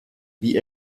wie